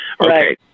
Okay